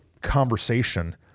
conversation